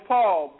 Paul